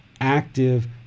active